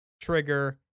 Trigger